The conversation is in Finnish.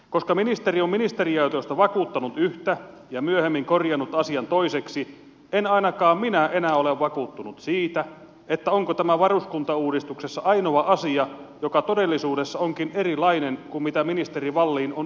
koska ministeri on ministeriaitiosta vakuuttanut yhtä ja myöhemmin korjannut asian toiseksi en ainakaan minä enää ole vakuuttunut siitä onko tämä varuskuntauudistuksessa ainoa asia joka todellisuudessa onkin erilainen kuin mitä ministeri wallin on edustajille kertonut